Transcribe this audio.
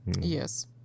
yes